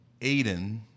Aiden